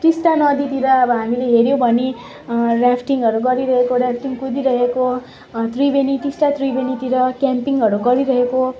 टिस्टा नदीतिर अब हामीले हेर्यो भने राफ्टिङहरू गरिरहेको राफ्टिङ कुदिरहेको त्रिवेणी टिस्टा त्रिवेणीतिर क्याम्पिङहरू गरिरहेको